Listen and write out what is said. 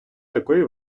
такої